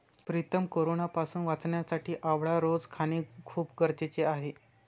प्रीतम कोरोनापासून वाचण्यासाठी आवळा रोज खाणे खूप गरजेचे आहे